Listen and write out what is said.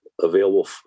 available